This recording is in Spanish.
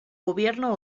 gobierno